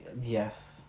Yes